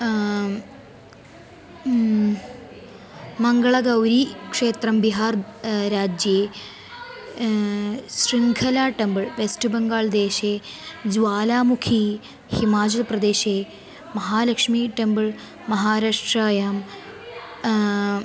मङ्गलगौरी क्षेत्रं बिहार् राज्ये Shrinkhala temple west बेङ्गाळ्देशे ज्वालामुखी हिमाचलप्रदेशे महालक्ष्मी टेम्पळ् महाराष्ट्रायां